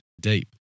deep